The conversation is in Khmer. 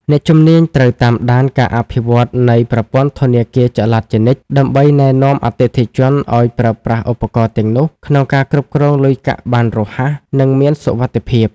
អ្នកជំនាញត្រូវតាមដានការអភិវឌ្ឍន៍នៃប្រព័ន្ធធនាគារចល័តជានិច្ច ដើម្បីណែនាំអតិថិជនឱ្យប្រើប្រាស់ឧបករណ៍ទាំងនោះក្នុងការគ្រប់គ្រងលុយកាក់បានរហ័ស និងមានសុវត្ថិភាព។